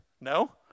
No